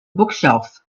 bookshelf